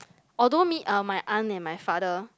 although me uh my aunt and my father